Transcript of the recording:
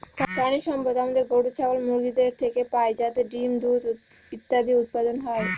প্রানীসম্পদ আমাদের গরু, ছাগল, মুরগিদের থেকে পাই যাতে ডিম, দুধ ইত্যাদি উৎপাদন হয়